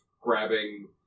grabbing